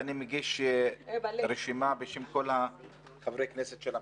ואני מגיש רשימה בשם כל חברי הכנסת של המשותפת.